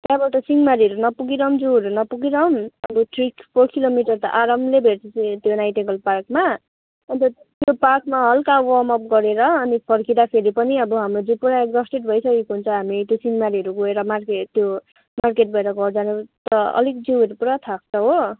त्यहाँबाट सिंहमारीहरू नपुगी रम्जूहरू नपुगी राउन्ड अनि थ्री फोर किलोमिटर त आरामले भेट्छ अन्त त्यो नाइटेङ्गल पार्कमा अन्त त्यो पार्कमा हलुका वार्मअप गरेर अनि फर्किँदाखेरि पनि अब हाम्रो जिउ पुरा एक्जस्टेड भइसकेको हुन्छ हामी त्यो सिंहमारीहरू गएर मार्केट त्यो मार्केटबाट घर जानु त अलिक जिउहरू पुरा थाक्छ हो